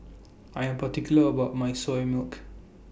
I Am particular about My Soya Milk